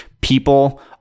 people